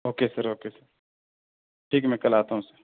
okay sir okay sir ٹھیک ہے میں کل آتا ہوں سر